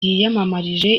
yiyamirije